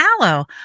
aloe